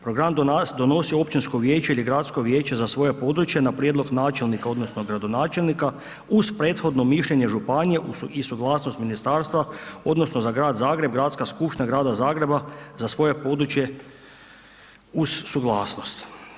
Program donosi općinsko vijeće ili gradsko vijeće za svoje područje na prijedlog načelnika odnosno gradonačelnika uz prethodno mišljenje i suglasnost ministarstva odnosno za grad Zagreb Gradska skupština grada Zagreb za svoje područje uz suglasnost.